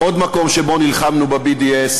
עוד מקום שבו נלחמנו ב-BDS,